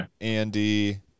Andy